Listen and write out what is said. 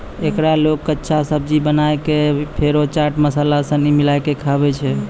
एकरा लोग कच्चा, सब्जी बनाए कय या फेरो चाट मसाला सनी मिलाकय खाबै छै